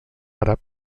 àrab